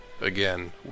Again